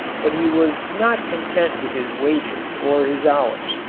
but he was not content with his wages or his hours.